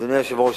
אדוני היושב-ראש,